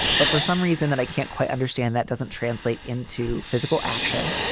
but for some reason that i can't quite understand, that doesn't translate into physical action.